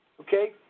Okay